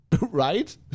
right